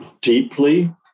deeply